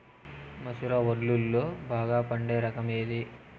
మసూర వడ్లులో బాగా పండే రకం ఏది?